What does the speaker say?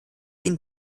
ihn